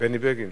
בני בגין.